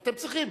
אתם צריכים,